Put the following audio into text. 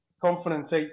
confidence